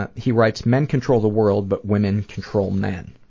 ah he writes men control the world but women control men.